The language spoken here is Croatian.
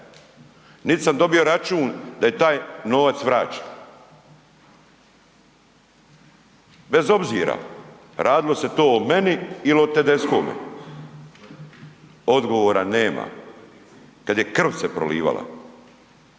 Niti sam dobio račun da je taj novac vraćen. Bez obzira radilo se to o meni ili o Tedeschome, odgovora nema. Kad je krv se prolivala,